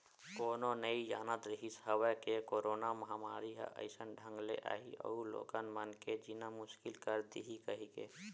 कोनो नइ जानत रिहिस हवय के करोना महामारी ह अइसन ढंग ले आही अउ लोगन मन के जीना मुसकिल कर दिही कहिके